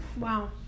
Wow